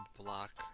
block